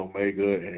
Omega